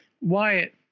Wyatt